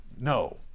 no